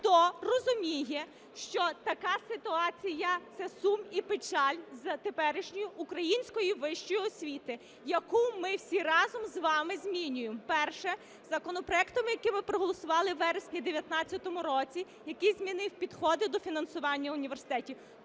хто розуміє, що така ситуація – це сум і печаль з теперішньої української вищої освіти, яку ми всі разом з вами змінюємо, перше, законопроектом, який ми проголосували у вересні 19-го року, який змінив підходи до фінансування університетів;